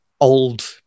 old